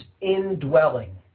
indwelling